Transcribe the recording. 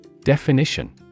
Definition